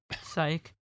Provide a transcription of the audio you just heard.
psych